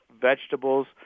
vegetables